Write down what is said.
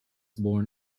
born